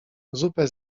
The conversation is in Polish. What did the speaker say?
zupę